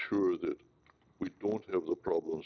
sure that we don't have a problem